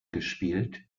gespielt